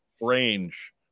range